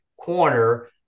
corner